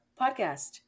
podcast